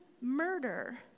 murder